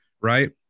right